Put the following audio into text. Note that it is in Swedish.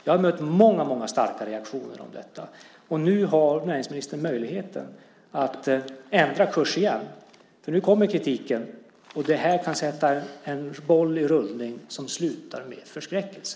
Jag har mött många starka reaktioner mot detta. Nu har näringsministern möjlighet att ändra kurs igen, för nu kommer kritiken. Det här kan sätta en boll i rullning och sluta med förskräckelse.